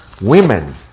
Women